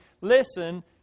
listen